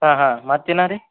ಹಾಂ ಹಾಂ ಮತ್ತೆ ಇನ್ನು ರೀ